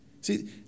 See